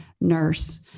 nurse